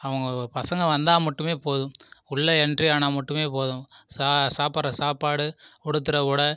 அவங்க பசங்கள் வந்தால் மட்டுமே போதும் உள்ள என்ட்ரி ஆனால் மட்டுமே போதும் சாப்புடுகிற சாப்பாடு உடுத்துகிற உடை